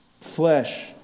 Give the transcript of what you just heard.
Flesh